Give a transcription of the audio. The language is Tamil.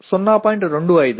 25 ஆகும்